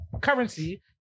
currency